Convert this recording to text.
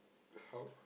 how